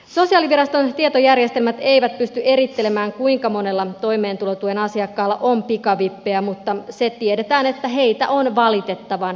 sosiaaliviraston tietojärjestelmät eivät pysty erittelemään kuinka monella toimeentulotuen asiakkaalla on pikavippejä mutta se tiedetään että heitä on valitettavan paljon